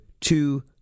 two